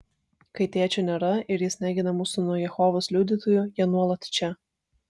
kai tėčio nėra ir jis negina mūsų nuo jehovos liudytojų jie nuolat čia